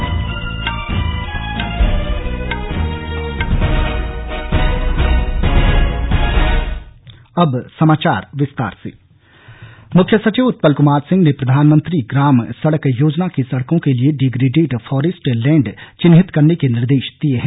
ग्राम सडक मुख्य सचिव उत्पल कुमार सिंह ने प्रधानमंत्री ग्राम सड़क योजना की सड़कों के लिए डीग्रेडेड फॉरेस्ट लैंड चिन्हित करने के निर्देश दिए हैं